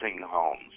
homes